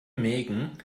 mägen